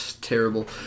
terrible